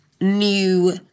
new